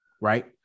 right